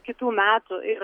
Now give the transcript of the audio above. kitų metų ir